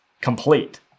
complete